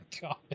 god